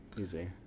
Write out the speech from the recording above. Easy